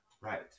right